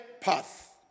Path